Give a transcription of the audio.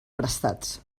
prestats